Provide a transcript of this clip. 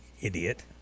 idiot